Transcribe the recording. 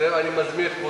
בוא נמשיך.